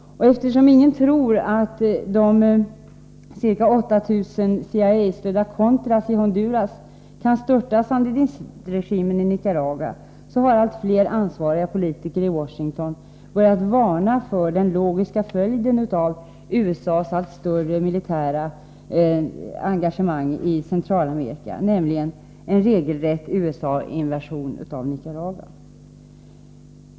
Eftersom ingen tror att de ca 8 000 CIA-stödda contras i Honduras kan störta sandinistregimen i Nicaragua, har allt fler ansvariga politiker i Washington börjat varna för den logiska följden av USA:s allt större militära engagemang i Centralamerika, nämligen en regelrätt USA invasion av Nicaragua.